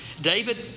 David